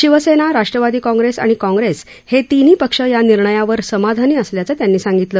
Shiv Sena Rashtrawadi Congress आणि Congress हे तिन्ही पक्ष या निर्णयावर समाधानी असल्याचं त्यांनी सांगितलं